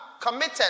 committed